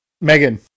Megan